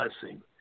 Blessing